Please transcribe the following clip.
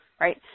right